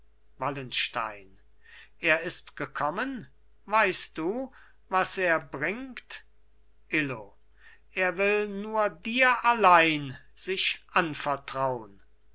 wallenstein er ist gekommen weißt du was er bringt illo er will nur dir allein sich anvertraun